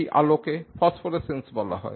এই আলোকে ফসফোরেসেন্স বলা হয়